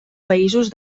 països